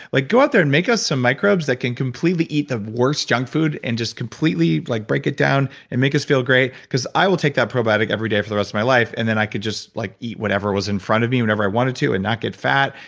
like go out there and make us some microbes that can completely eat the worst junkfood and just completely like break it down and make us feel great, because i will take that probiotic every day for the rest of my life and then i could just like eat whatever was in front of me, whenever i wanted to and not get fat,